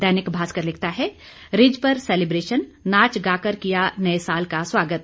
दैनिक भास्कर लिखता है रिज पर सेलिब्रेशनः नाच गाकर किया नए साल का स्वागत